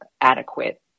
adequate